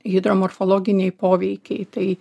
hidromorfologiniai poveikiai tai